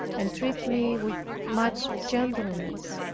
and treated me with much gentleness.